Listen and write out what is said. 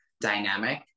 dynamic